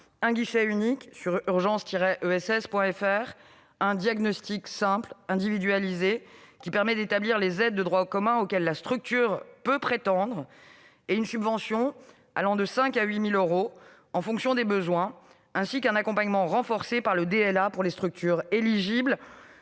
un guichet unique sur urgence-ess.fr ; un diagnostic simple individualisé, qui permet d'identifier les aides de droit commun auxquelles la structure peut prétendre ; une subvention allant de 5 000 à 8 000 euros en fonction des besoins, ainsi qu'un accompagnement renforcé par le DLA pour les structures éligibles.